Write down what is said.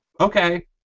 Okay